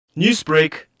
Newsbreak